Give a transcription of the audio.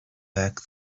back